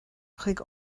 chuig